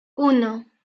uno